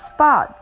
Spot